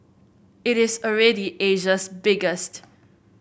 it is already Asia's biggest